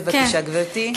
בבקשה, גברתי.